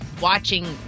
watching